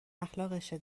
اخلاقشه